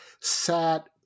sat